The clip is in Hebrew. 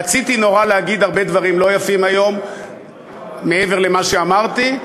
רציתי נורא להגיד הרבה דברים לא יפים היום מעבר למה שאמרתי,